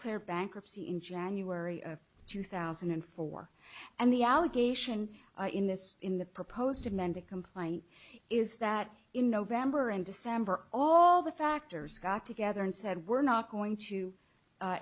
lare bankruptcy in january of two thousand and four and the allegation in this in the proposed amended complaint is that in november and december all the factors got together and said we're not going to